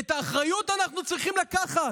את האחריות אנחנו צריכים לקחת,